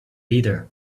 bitter